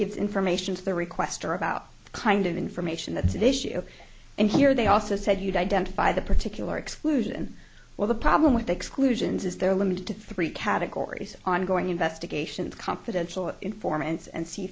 gives information to the requestor about kind of information that's an issue and here they also said you'd identify the particular exclusion well the problem with exclusions is they're limited to three categories ongoing investigation of confidential informants and